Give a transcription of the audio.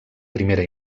primera